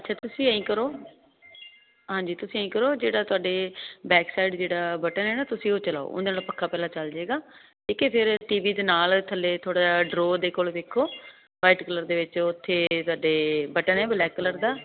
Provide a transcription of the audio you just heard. ਤੁਸੀਂ ਐ ਕਰੋ ਹਾਂਜੀ ਤੁਸੀਂ ਕਰੋ ਜਿਹੜਾ ਤੁਹਾਡੇ ਬੈਕ ਸਾਈਡ ਜਿਹੜਾ ਬਟਨ ਹੈ ਨਾ ਤੁਸੀਂ ਉਹ ਚਲਾਓ ਉਹਦੇ ਨਾਲ ਪੱਖਾ ਪਹਿਲਾਂ ਚੱਲ ਜਾਏਗਾ ਠੀਕ ਏ ਫਿਰ ਟੀਵੀ ਦੇ ਨਾਲ ਥੱਲੇ ਥੋੜਾ ਡਰੋ ਦੇ ਕੋਲ ਵੇਖੋ ਵਾਈਟ ਕਲਰ ਦੇ ਵਿੱਚ ਉੱਥੇ ਸਾਡੇ ਬਟਨ ਬਲੈਕ ਕਲਰ ਦਾ